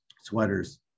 sweaters